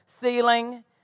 ceiling